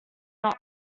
not